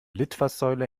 litfaßsäule